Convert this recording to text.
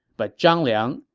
but zhang liang,